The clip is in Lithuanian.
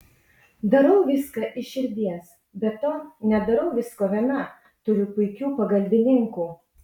darau viską iš širdies be to nedarau visko viena turiu puikių pagalbininkų